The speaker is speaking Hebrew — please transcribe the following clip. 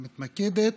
המדינה מתמקדת